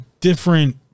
different